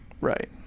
Right